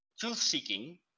Truth-seeking